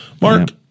Mark